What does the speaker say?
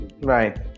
Right